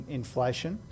inflation